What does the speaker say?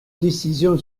décision